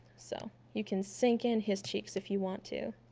so you can sink in his cheeks if you want to